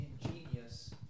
ingenious